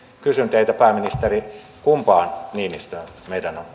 kysyn teiltä pääministeri kumpaan niinistöön meidän on